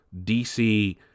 DC